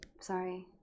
Sorry